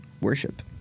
worship